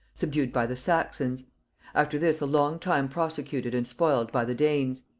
subdued by the saxons after this a long time prosecuted and spoiled by the danes,